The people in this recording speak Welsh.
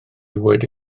wedi